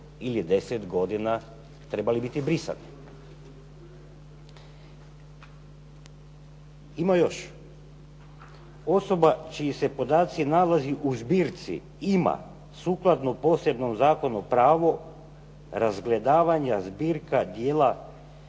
ili deset godina biti brisani? Ima još. Osoba čiji se podaci nalazi u zbirci ima sukladno posebnom zakonu pravo razgledavanja dijela